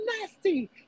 nasty